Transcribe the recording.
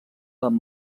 amb